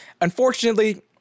Unfortunately